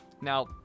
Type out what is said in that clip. now